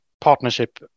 Partnership